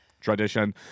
tradition